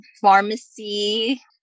pharmacy